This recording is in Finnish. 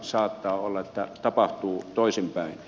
saattaa olla että tapahtuu toisinpäin